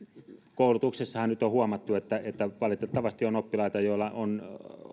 koulutuksessahan nyt on huomattu että että valitettavasti on oppilaita joilla on